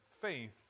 faith